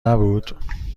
نبود